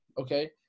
Okay